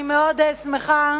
אני מאוד שמחה,